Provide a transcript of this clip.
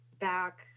back